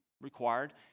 required